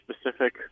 specific